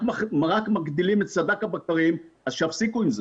רק מגדילים את סד"כ הבקרים, אז שיפסיקו עם זה.